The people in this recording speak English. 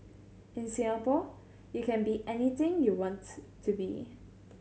in Singapore you can be anything you wants to be